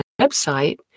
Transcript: website